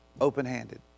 open-handed